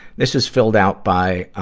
this is filled out by